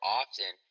often